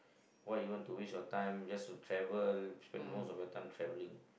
what you want to reach on time just to travel spend most of your time traveling